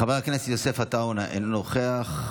חבר הכנסת יוסף עטאונה, אינו נוכח,